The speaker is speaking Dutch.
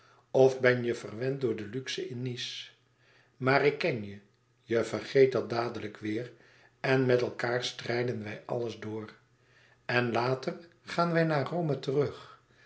of ben je verwend door je luxe in nice maar ik ken je je vergeet dat dadelijk weêr en met elkaâr strijden wij het alles door en later gaan wij naar rome terug